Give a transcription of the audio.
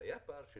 היה פער של